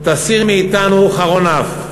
תסיר מאתנו חרון אף.